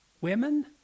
women